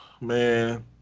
man